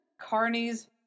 Carnies